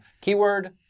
keyword